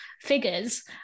figures